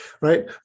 Right